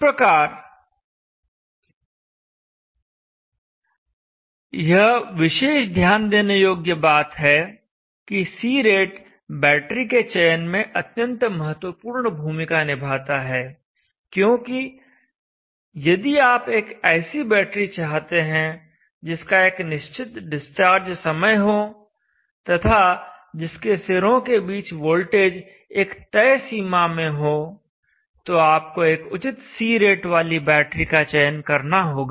इस प्रकार यह विशेष ध्यान देने योग्य बात है कि C रेट बैटरी के चयन में अत्यंत महत्वपूर्ण भूमिका निभाता है क्योंकि यदि आप एक ऐसी बैटरी चाहते हैं जिसका एक निश्चित डिस्चार्ज समय हो तथा जिसके सिरों के बीच वोल्टेज एक तय सीमा में हो तो आपको एक उचित C रेट वाली बैटरी का चयन करना होगा